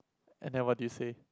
and then what did you say